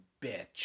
bitch